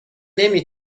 نمی